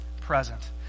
present